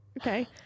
okay